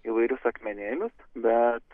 įvairius akmenėlius bet